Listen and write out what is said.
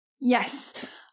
Yes